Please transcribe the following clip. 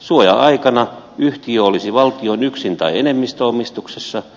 suoja aikana yhtiö olisi valtion yksin tai enemmistöomistuksessa